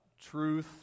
truth